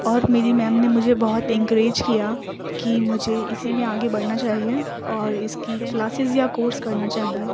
اور میری میم نے مجھے بہت انکریج کیا کی مجھے اسی میں آگے بڑھنا چاہیے اور اس کی کلاسز یا کورس کرنا چاہیے